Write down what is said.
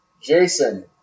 Jason